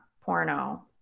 porno